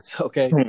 Okay